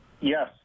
Yes